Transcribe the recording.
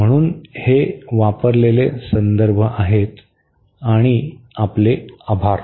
म्हणून हे वापरलेले संदर्भ आहेत आणि आपले आभार